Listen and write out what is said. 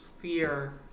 fear